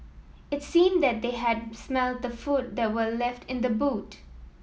it seemed that they had smelt the food that were left in the boot